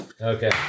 Okay